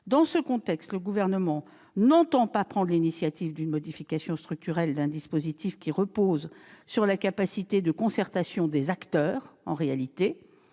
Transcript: Dans ce contexte, le Gouvernement n'entend pas prendre l'initiative d'une modification structurelle d'un dispositif reposant sur la capacité de concertation des acteurs. En tout